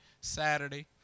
Saturday